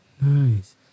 Nice